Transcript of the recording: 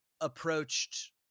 approached